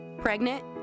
pregnant